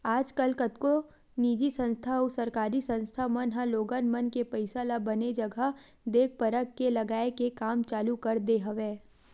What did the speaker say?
आजकल कतको निजी संस्था अउ सरकारी संस्था मन ह लोगन मन के पइसा ल बने जघा देख परख के लगाए के काम चालू कर दे हवय